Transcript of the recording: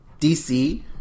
DC